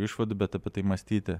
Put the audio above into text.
išvadų bet apie tai mąstyti